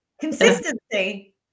Consistency